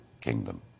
Kingdom